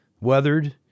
weathered